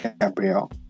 Gabriel